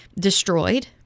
destroyed